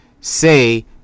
say